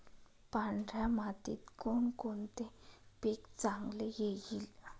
पांढऱ्या मातीत कोणकोणते पीक चांगले येईल?